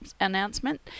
announcement